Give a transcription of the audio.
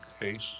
case